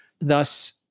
Thus